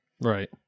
Right